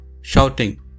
shouting